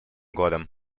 годом